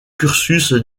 cursus